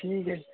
ठीक है